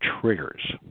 triggers